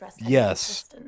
yes